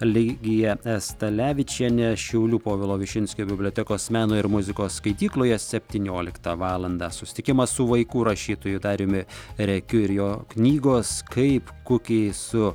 li gija stalevičiene šiaulių povilo višinskio bibliotekos meno ir muzikos skaitykloje septynioliktą valandą susitikimas su vaikų rašytoju dariumi rekiu ir jo knygos kaip kukiai su